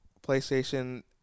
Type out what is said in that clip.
PlayStation